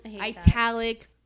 italic